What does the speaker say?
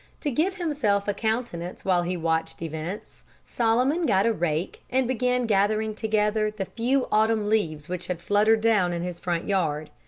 to give himself a countenance while he watched events, solomon got a rake and began gathering together the few autumn leaves which had fluttered down in his front yard.